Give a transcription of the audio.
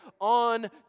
on